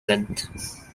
length